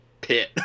pit